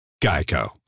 Geico